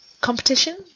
competition